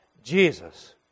Jesus